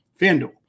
FanDuel